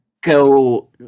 go